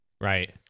right